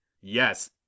Yes